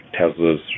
Teslas